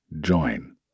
join